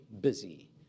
busy